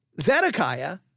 Zedekiah